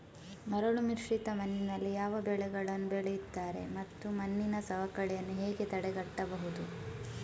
ಮರಳುಮಿಶ್ರಿತ ಮಣ್ಣಿನಲ್ಲಿ ಯಾವ ಬೆಳೆಗಳನ್ನು ಬೆಳೆಯುತ್ತಾರೆ ಮತ್ತು ಮಣ್ಣಿನ ಸವಕಳಿಯನ್ನು ಹೇಗೆ ತಡೆಗಟ್ಟಬಹುದು?